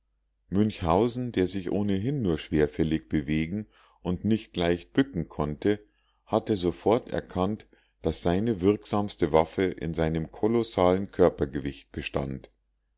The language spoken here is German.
münchhausen der sich ohnehin nur schwerfällig bewegen und nicht leicht bücken konnte hatte sofort erkannt daß seine wirksamste waffe in seinem kolossalen körpergewicht bestand